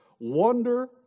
wonder